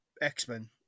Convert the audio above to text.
X-Men